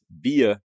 via